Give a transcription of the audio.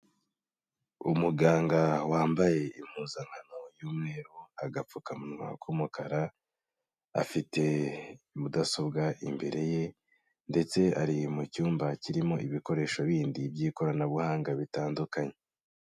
Umuganga wambaye impuzankano y'umweru, agapfukamunwa k'umukara, afite mudasobwa imbere ye, ndetse ari mu cyumba kirimo ibikoresho bindi by'ikoranabuhanga bitandukanye.